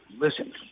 listen